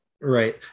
right